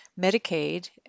Medicaid